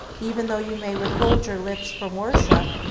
even though you may withhold your lips from worship,